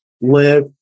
live